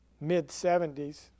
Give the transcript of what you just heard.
mid-70s